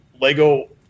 Lego